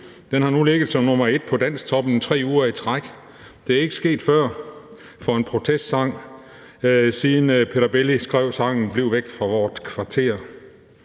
den har nu ligget som nummer et på »Dansktoppen« 3 uger i træk, og det er ikke sket for en protestsang, siden Peter Belli skrev sangen »Bliv væk fra vort kvarter«.